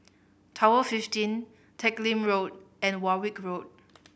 Tower fifteen Teck Lim Road and Warwick Road